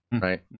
right